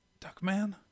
Duckman